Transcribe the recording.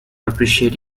appreciate